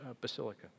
Basilica